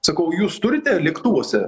sakau jūs turite lėktuvuose